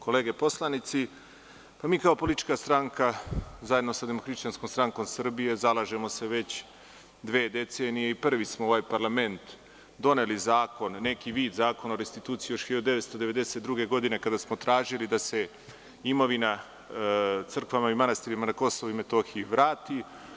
Kolege poslanici, mi kao politička stranka, zajedno sa DHSS, zalažemo se već dve decenije i prvi smo u ovaj parlament doneli zakon, neki vid Zakona o restituciji još 1992. godine, kada smo tražili da se imovina crkvama i manastirima na KiM vrati.